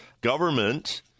Government